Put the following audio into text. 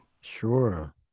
sure